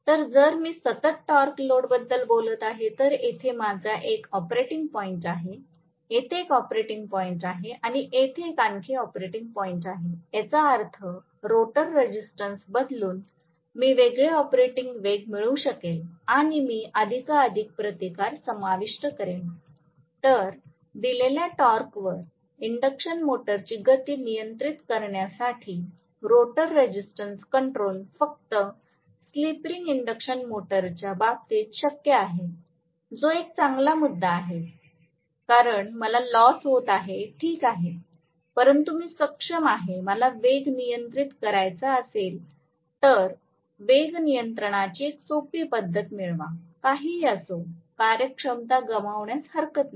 तर जर मी सतत टॉर्क लोडबद्दल बोलत आहे तर येथे माझा एक ऑपरेटिंग पॉईंट आहे येथे एक ऑपरेटिंग पॉईंट आहे आणि येथे एक आणखी ऑपरेटिंग पॉईंट आहे याचा अर्थ रोटर रेसिस्टन्स बदलून मी वेगळे ऑपरेटिंग वेग मिळवू शकेल मग मी अधिक अधिक प्रतिकार समाविष्ट करेन तर दिलेल्या टॉर्कवर इंडक्शन मोटरची गती नियंत्रित करण्यासाठी रोटर रेझिस्टन्स कंट्रोल फक्त स्लिप रिंग इंडक्शन मोटरच्या बाबतीत शक्य आहे जो एक चांगला मुद्दा आहे कारण मला लॉस होत आहे ठीक आहे परंतु मी सक्षम आहे मला वेग नियंत्रित करायचा असेल तर वेग नियंत्रणाची एक सोपी पद्धत मिळवा काहीही असो कार्यक्षमता गमावण्यास हरकत नाही